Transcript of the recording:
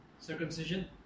Circumcision